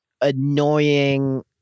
annoying